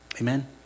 Amen